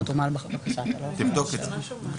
תבדוק את זה.